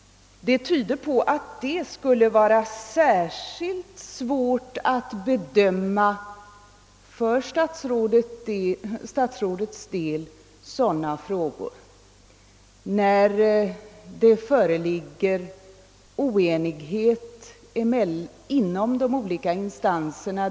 Det tyder på att det för statsrådets del skulle vara särskilt svårt att bedöma frågor där det föreligger oenighet inom de olika instanserna.